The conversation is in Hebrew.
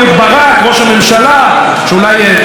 שאולי יגיע איכשהו עוד פעם